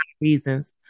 reasons